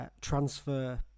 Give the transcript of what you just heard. transfer